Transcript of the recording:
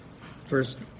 first